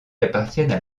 appartiennent